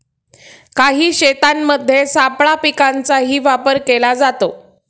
काही शेतांमध्ये सापळा पिकांचाही वापर केला जातो